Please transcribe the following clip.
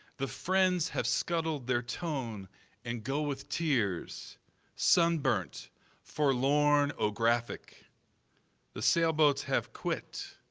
the friends have scuttled their tone and go with tears sunburnt forlornographic the sailboats have quit